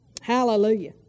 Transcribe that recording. Hallelujah